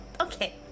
Okay